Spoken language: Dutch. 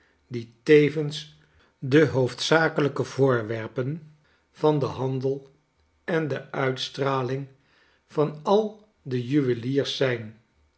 die tevens de hoofdzakelijke voorwerpen van den handel en de uitstalling van al de juweliers zijn